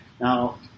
Now